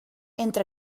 entre